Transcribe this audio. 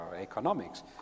economics